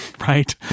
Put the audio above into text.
right